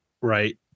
right